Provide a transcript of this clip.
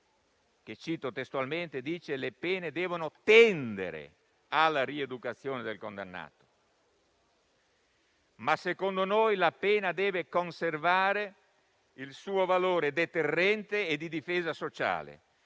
lo cito testualmente - le pene «devono tendere alla rieducazione del condannato». Secondo noi, però, la pena deve conservare il suo valore deterrente e di difesa sociale,